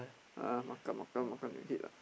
ah makan makan makan your head ah